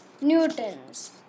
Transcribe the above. Newtons